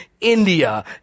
India